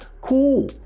Cool